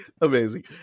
amazing